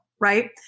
right